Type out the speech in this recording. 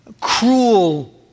cruel